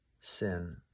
sin